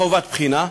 חובת בחינה,